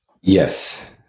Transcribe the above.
Yes